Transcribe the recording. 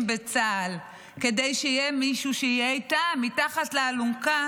בצה"ל כדי שיהיה מישהו שיהיה איתם מתחת לאלונקה,